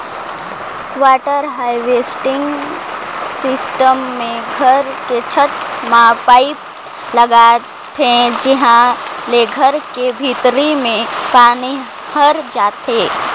water harvesting system मे घर के छत में पाईप लगाथे जिंहा ले घर के भीतरी में पानी हर जाथे